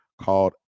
called